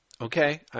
Okay